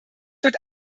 wird